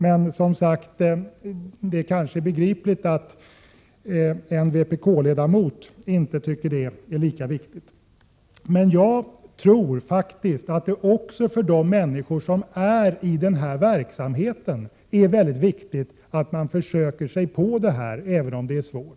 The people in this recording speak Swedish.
Men det är kanske begripligt att en vpk-ledamot inte tycker att det är lika viktigt. Jag tror faktiskt att det också för de människor som arbetar inom den offentliga verksamheten är väldigt viktigt att man försöker mäta effektiviteten, även om det är svårt.